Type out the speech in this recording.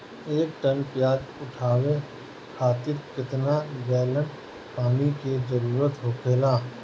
एक टन प्याज उठावे खातिर केतना गैलन पानी के जरूरत होखेला?